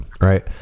Right